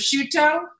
prosciutto